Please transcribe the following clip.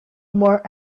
more